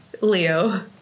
Leo